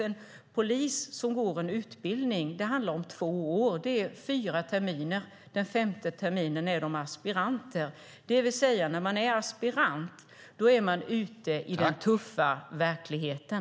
En polis utbildas i två år, det vill säga fyra terminer. Den femte terminen är de aspiranter. När man är aspirant är man ute i den tuffa verkligheten.